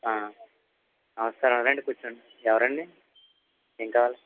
ఆ నమస్కారమండి రండి కూర్చోండి ఎవరండీ ఏం కావాలి